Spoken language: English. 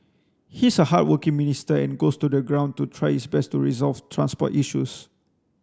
he's a hardworking minister and goes to the ground to try his best to resolve transport issues